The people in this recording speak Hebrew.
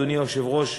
אדוני היושב-ראש,